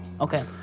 Okay